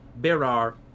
Berar